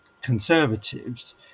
Conservatives